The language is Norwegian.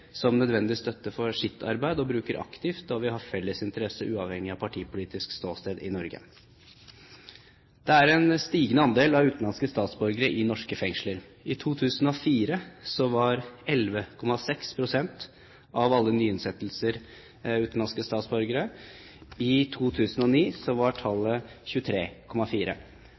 som nødvendig støtte for sitt arbeid, da vi har felles interesse uavhengig av partipolitisk ståsted i Norge. Det er en stigende andel av utenlandske statsborgere i norske fengsler. I 2004 var 11,6 pst. av alle nyinnsettelser i fengsler utenlandske statsborgere. I 2009 var tallet 23,4